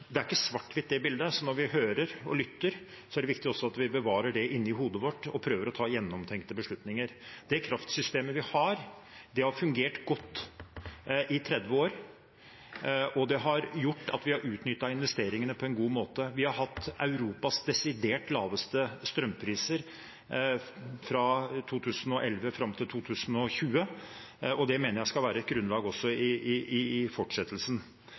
ikke er svart-hvitt. Når vi hører og lytter, er det viktig at vi også bevarer det i hodet vårt og prøver å ta gjennomtenkte beslutninger. Det kraftsystemet vi har, har fungert godt i 30 år, og det har gjort at vi har utnyttet investeringene på en god måte. Vi har hatt Europas desidert laveste strømpriser fra 2011 fram til 2020, og det mener jeg skal være et grunnlag også i